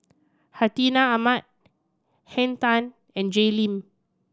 Hartinah Ahmad Henn Tan and Jay Lim